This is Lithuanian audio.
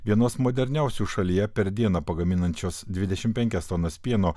vienos moderniausių šalyje per dieną pagaminančios dvidešim penkias tonas pieno